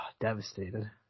Devastated